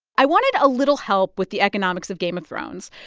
i wanted a little help with the economics of game of thrones,